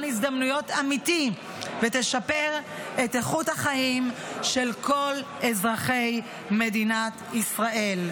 הזדמנויות אמיתי ותשפר את איכות החיים של כל אזרחי מדינת ישראל.